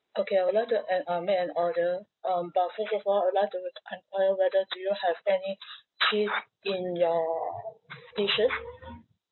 okay I would like to an uh make an order um but first of all I would like to enquire whether do you all have any cheese in your dishes